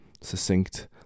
succinct